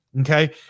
okay